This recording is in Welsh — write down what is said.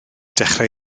dechrau